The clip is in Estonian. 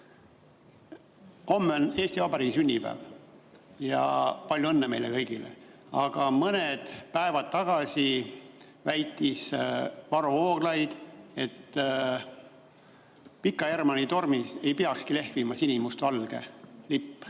Homme on Eesti Vabariigi sünnipäev. Palju õnne meile kõigile! Aga mõned päevad tagasi väitis Varro Vooglaid, et Pika Hermanni tornis ei peakski lehvima sinimustvalge lipp